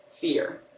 fear